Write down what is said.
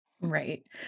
right